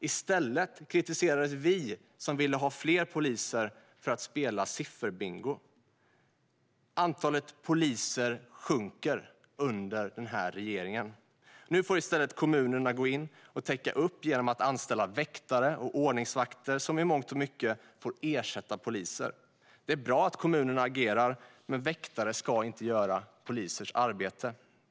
I stället kritiserades vi som ville ha fler poliser för att spela sifferbingo. Antalet poliser sjunker under denna regering. Nu får i stället kommunerna gå in och täcka upp genom att anställa väktare och ordningsvakter, som i mångt och mycket får ersätta poliser. Det är bra att kommunerna agerar, men väktare ska inte göra polisers arbete.